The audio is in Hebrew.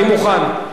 אני מוכן.